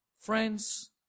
Friends